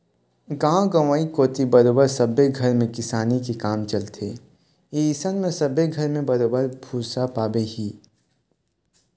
गाँव गंवई कोती बरोबर सब्बे घर म किसानी के काम चलथे ही अइसन म सब्बे घर म बरोबर भुसा पाबे ही